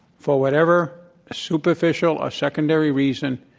for whatever superficial or secondary reason,